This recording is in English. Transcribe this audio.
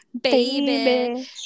baby